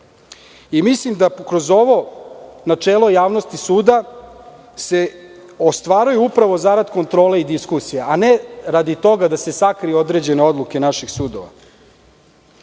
Mislim da kroz ovo načelo javnosti suda se ostvaruje zarad kontrole i diskusija, a ne radi toga da se sakriju određene odluke naših sudova. Član